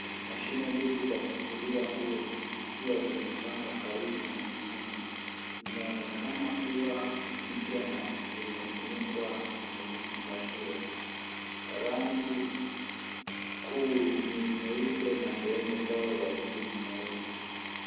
Mashine mbili za kufua nguo zikiwa zimepangwa karibu na nyingine zinaonekana kuwa mpya na zimefunikwa na vifungashio na rangi kuu ni nyeupe na sehemu zao za juu ni nyeusi.